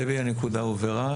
דבי, הנקודה הובהרה.